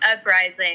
uprising